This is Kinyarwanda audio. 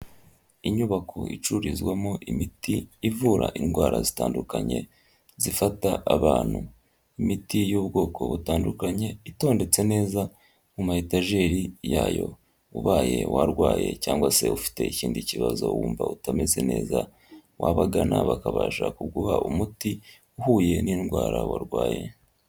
Inyubako icururizwamo imiti ivura indwara zitandukanye zifata abantu. Imiti y'ubwoko butandukanye itondetse neza mu ma etajeri yayo. Ubaye warwaye cyangwa se ufite ikindi kibazo wumva utameze neza, wabagana bakabasha kuguha umuti uhuye n'indwara warwaye.